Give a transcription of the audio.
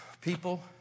people